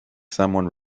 someone